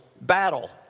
battle